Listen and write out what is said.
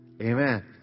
Amen